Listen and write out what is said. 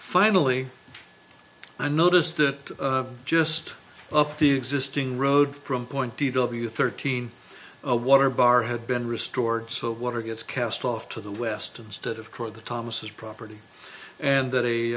finally i noticed that just up the existing road from point d w thirteen a water bar had been restored so water gets cast off to the west instead of core the thomases property and that a